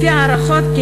לפי ההערכות,